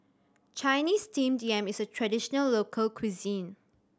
Chinese Steamed Yam is a traditional local cuisine